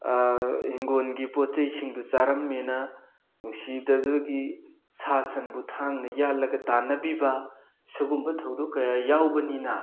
ꯍꯤꯡꯒꯣꯜꯒꯤ ꯄꯣꯠꯆꯩꯁꯤꯡꯗꯨ ꯆꯥꯔꯝꯃꯦꯅ ꯅꯨꯡꯁꯤꯗꯕꯗꯒꯤ ꯁꯥ ꯁꯟꯕꯨ ꯊꯥꯡꯅ ꯌꯥꯜꯂꯒ ꯇꯥꯟꯅꯕꯤꯕ ꯁꯨꯒꯨꯝꯕ ꯊꯧꯗꯣꯛ ꯀꯌꯥ ꯌꯥꯎꯕꯅꯤꯅ